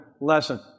lesson